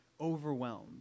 overwhelmed